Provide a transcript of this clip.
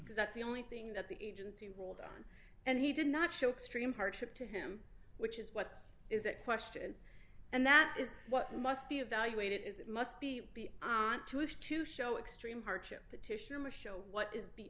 because that's the only thing that the agency ruled on and he did not show extreme hardship to him which is what is at question and that is what must be evaluated is it must be to is to show extreme hardship petition imma show what is